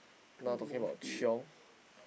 now talking about chiong